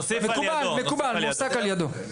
בסדר.